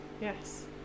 Yes